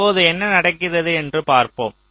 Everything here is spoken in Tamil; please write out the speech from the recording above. இப்போது என்ன நடக்கிறது என்று பார்ப்போம்